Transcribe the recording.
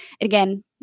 again